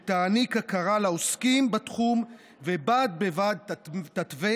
שתעניק הכרה לעוסקים בתחום ובד בבד תתווה